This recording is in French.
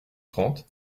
trente